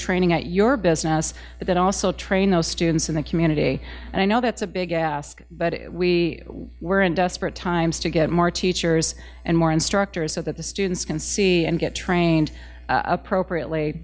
training at your business but also train those students in the community and i know that's a big ask but we were in desperate times to get more teachers and more instructors so that the students can see and get trained appropriately